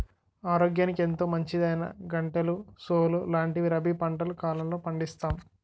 ఆరోగ్యానికి ఎంతో మంచిదైనా గంటెలు, సోలు లాంటివి రబీ పంటల కాలంలో పండిస్తాం